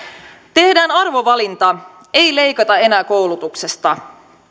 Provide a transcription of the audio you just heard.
tehdään arvovalinta ei leikata enää koulutuksesta